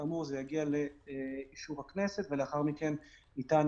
זה יגיע לאישור הכנסת ולאחר מכן ניתן